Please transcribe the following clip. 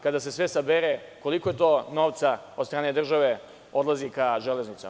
Kada se sve sabere, koliko je to novca od strane države odlazi ka železnicama?